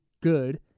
good